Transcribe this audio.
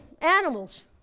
animals